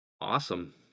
awesome